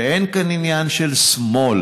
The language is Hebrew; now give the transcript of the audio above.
ואין כאן עניין של שמאל,